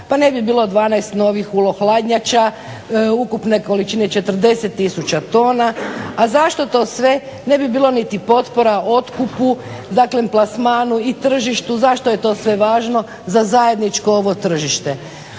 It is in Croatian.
pa ne bi bilo 12 novih ULO hladnjača ukupne količine 40000 tona. A zašto to sve? Ne bi bilo niti potpora otkupu, dakle plasmanu i tržištu zašto je to sve važno za zajedničko ovo tržište.